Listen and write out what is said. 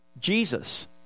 Jesus